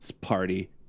party